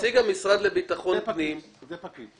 נציג המשרד לביטחון פנים -- זה פקיד.